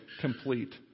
complete